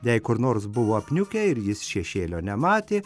jei kur nors buvo apniukę ir jis šešėlio nematė